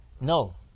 No